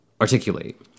articulate